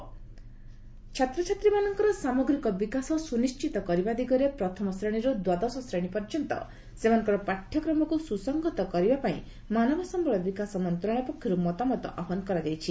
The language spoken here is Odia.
ଏଚ୍ଆର୍ଡି କରିକୁଲମ୍ ଛାତ୍ରଛାତ୍ରୀମାନଙ୍କର ସାମଗ୍ରିକ ବିକାଶ ସୁନିଶ୍ଚିତ କରିବା ଦିଗରେ ପ୍ରଥମ ଶ୍ରେଣୀରୁ ଦ୍ୱାଦଶ ଶ୍ରେଣୀ ପର୍ଯ୍ୟନ୍ତ ସେମାନଙ୍କର ପାଠ୍ୟକ୍ରମକୁ ସୁସଂହତ କରିବା ପାଇଁ ମାନବ ସମ୍ପଳ ବିକାଶ ମନ୍ତ୍ରଣାଳୟ ପକ୍ଷରୁ ମତାମତ ଆହ୍ୱାନ କରାଯାଇଛି